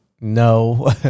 no